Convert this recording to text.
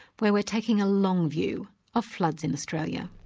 where we're taking a long view of floods in australia.